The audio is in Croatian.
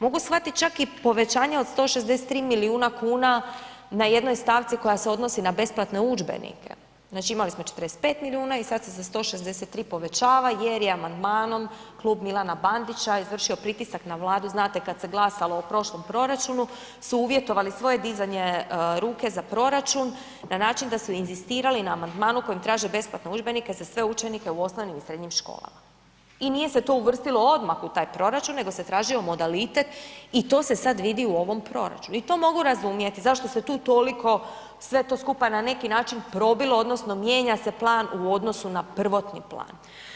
Mogu shvatit čak i povećanje od 163 milijuna kuna na jednoj stavci koja se odnosi na besplatne udžbenike, znači imali smo 45 milijuna i sad se za 163 povećava jer je amandmanom Klub Milana Bandića izvršio pritisak na Vladu, znate kad se glasalo o prošlom proračunu su uvjetovali svoje dizanje ruke za proračun na način da su inzistirali na amandmanu kojim traže besplatne udžbenike za sve učenike u osnovnim i srednjim školama i nije se to uvrstilo odmah u taj proračun, nego se tražio modalitet i to se sad vidi u ovom proračunu i to mogu razumjeti zašto se tu toliko sve to skupa na neki način probilo odnosno mijenja se plan u odnosu na prvotni plan.